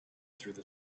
through